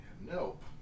nope